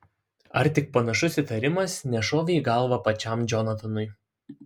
ar tik panašus įtarimas nešovė į galvą pačiam džonatanui